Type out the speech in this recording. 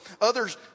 Others